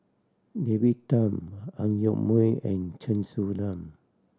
David Tham Ang Yoke Mooi and Chen Su Lan